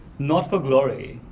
not for glory,